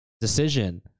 decision